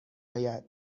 آید